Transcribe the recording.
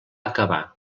acabar